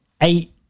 eight